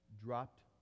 dropped